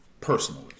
personally